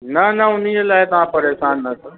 न न उन जे लाइ तव्हां परेशान न थियो